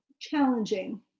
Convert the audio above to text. challenging